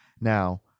Now